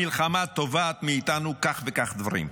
המלחמה תובעת מאיתנו כך וכך דברים.